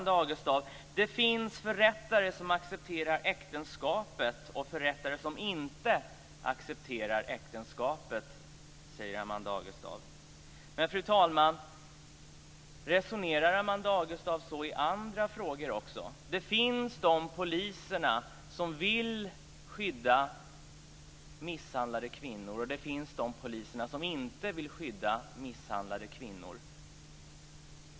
Det finns förrättare som accepterar äktenskapet och förrättare som inte accepterar äktenskapet, säger Amanda Agestav. Men, fru talman, resonerar Amanda Agestav så också i andra frågor? Det finns poliser som vill skydda misshandlade kvinnor, och det finns poliser som inte vill skydda misshandlade kvinnor.